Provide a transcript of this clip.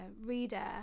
reader